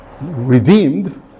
redeemed